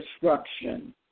destruction